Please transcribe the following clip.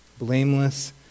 blameless